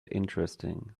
interesting